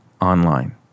online